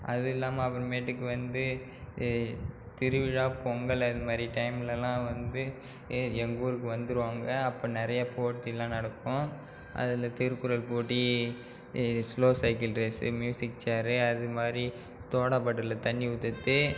அது இல்லாமல் அப்புறமேட்டுக்கு வந்து திருவிழா பொங்கல் அதுமாதிரி டைம்லெலாம் வந்து எங்கள் ஊருக்கு வந்துடுவாங்க அப்போ நிறைய போட்டியெலாம் நடக்கும் அதில் திருக்குறள் போட்டி இது slow cycle race music chair அதுமாதிரி சோடா பாட்டிலில் தண்ணி ஊற்றுறது